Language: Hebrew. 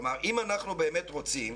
אם אנחנו באמת רוצים,